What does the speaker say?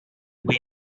way